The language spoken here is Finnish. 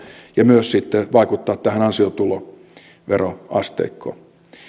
ja myös sitten vaikuttaa tähän ansiotuloveroasteikkoon